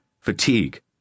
fatigue